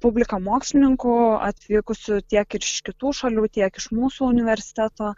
publika mokslininkų atvykusių tiek ir iš kitų šalių tiek iš mūsų universiteto